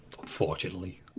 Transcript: Unfortunately